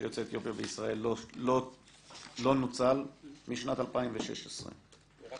יוצאי אתיופיה בישראל לא נוצל משנת 2016. אני רק